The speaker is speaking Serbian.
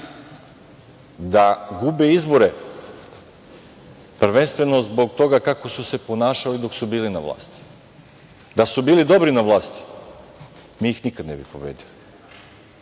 da gube izbore prvenstveno zbog toga kako su se ponašali dok su bili na vlasti. Da bu bili dobri na vlasti, mi ih nikad ne bi pobedili.